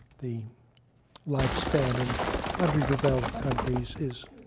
the lifespan in underdeveloped countries is